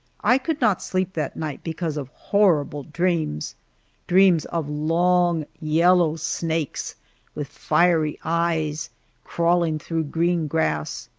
i could not sleep that night because of horrible dreams dreams of long, yellow snakes with fiery eyes crawling through green grass.